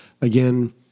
Again